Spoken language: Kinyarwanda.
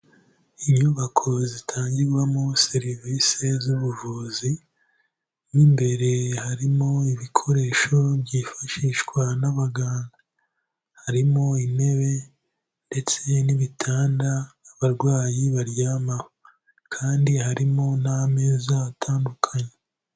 Inyubako zitangirwamo serivise z'ubuvuzi, mo imbere harimo ibikoresho byifashishwa n'abaganga, harimo intebe ndetse n'ibitanda abarwayi baryamaho, kandi harimo n'ameza atandukanye.